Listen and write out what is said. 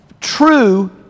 true